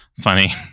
Funny